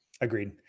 Agreed